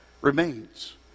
remains